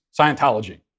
Scientology